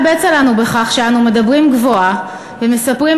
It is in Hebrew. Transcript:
מה בצע לנו בכך שאנו מדברים גבוהה ומספרים